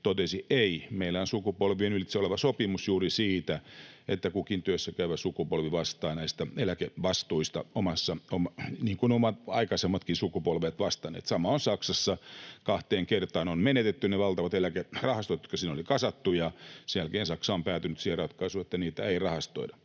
totesi: ”ei, meillä on sukupolvien ylitse oleva sopimus juuri siitä, että kukin työssäkäyvä sukupolvi vastaa näistä eläkevastuista niin kuin ovat aikaisemmatkin sukupolvet vastanneet.” Sama on Saksassa: kahteen kertaan on menetetty ne valtavat eläkerahastot, jotka sinne oli kasattu, ja sen jälkeen Saksa on päätynyt siihen ratkaisuun, että niitä ei rahastoida.